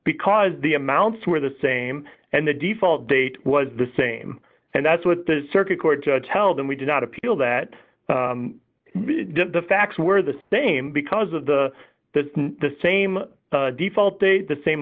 because the amounts were the same and the default date was the same and that's what the circuit court judge held and we did not appeal that the facts were the name because of the the the same